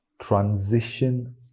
transition